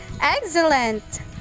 excellent